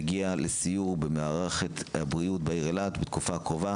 היא תגיע לסיור במערכת הבריאות בעיר אילת בתקופה הקרובה